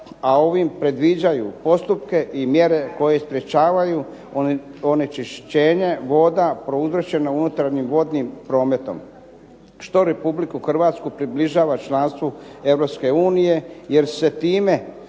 a ovim predviđaju postupke i mjere koje sprječavanju onečišćenje voda prouzročeno unutarnjim vodnim prometom što Republiku Hrvatsku približava članstvu Europske unije